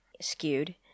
skewed